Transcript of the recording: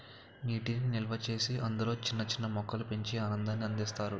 నీటి నిల్వచేసి అందులో చిన్న చిన్న మొక్కలు పెంచి ఆనందాన్ని అందిస్తారు